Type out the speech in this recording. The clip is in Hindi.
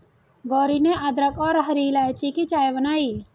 गौरी ने अदरक और हरी इलायची की चाय बनाई